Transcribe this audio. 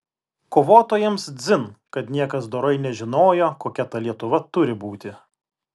kovotojams dzin kad niekas dorai nežinojo kokia ta lietuva turi būti